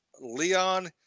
Leon